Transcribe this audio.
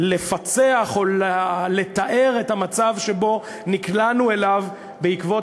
לפצח או לתאר את המצב שנקלענו אליו בעקבות